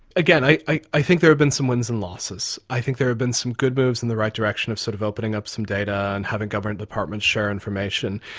again, i i think there have been some wins and losses. i think there have been some good moves in the right direction of sort of opening up some data and having government departments share information,